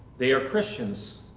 they are christians.